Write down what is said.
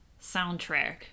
soundtrack